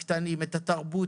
תרבות,